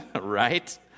right